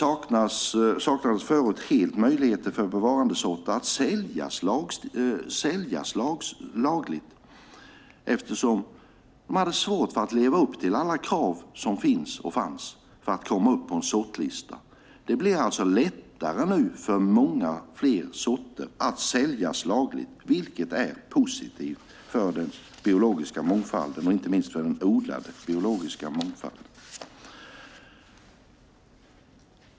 Förut saknades helt möjligheten att lagligt sälja bevarandesorter eftersom de hade svårt att leva upp till alla krav som finns och fanns för att komma med på en sortlista. Det blir nu lättare för flera sorter att säljas lagligt, vilket är positivt för den biologiska mångfalden, inte minst för den odlade biologiska mångfalden.